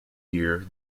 year